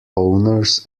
owners